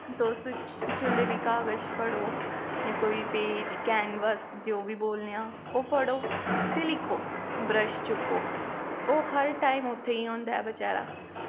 तुस जिसलै बी कागज़ फड़ो जां कोई पेज कैनबस जो बी बोलने आं ओह् फड़ो ते लिखो ब्रश चुक्को ओह् हर टाईम उत्थें ई होंदा ऐ बचारा